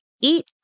eat